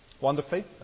Wonderfully